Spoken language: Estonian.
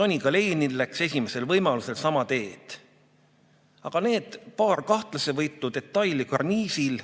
soniga Lenin läks esimesel võimalusel sama teed. Aga need paar kahtlasevõitu detaili karniisil?